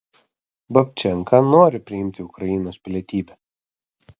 babčenka nori priimti ukrainos pilietybę